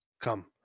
Come